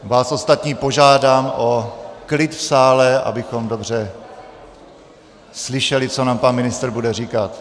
Vás ostatní požádám o klid v sále, abychom dobře slyšeli, co nám pan ministr bude říkat.